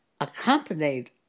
accompanied